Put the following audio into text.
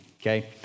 okay